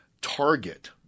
target